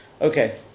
Okay